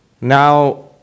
Now